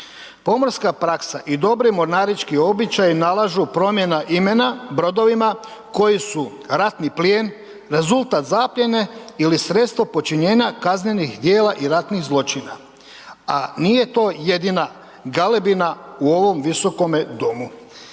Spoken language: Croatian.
Pomorska praksa i dobri mornarički običaji nalažu promjena imena brodovima koji su ratni plijen, rezultat zaplijene ili sredstvo počinjenja kaznenih dijela i ratnih zločina. A nije to jedina galebina u ovom visokome domu.